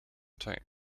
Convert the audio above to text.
tape